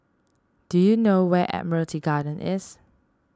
do you know where Admiralty Garden is